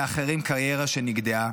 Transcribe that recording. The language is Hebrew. לאחרים קריירה שנגדעה